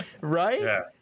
Right